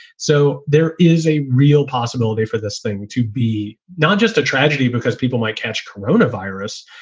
so there is a real possibility for this thing to be not just a tragedy because people might catch corona virus,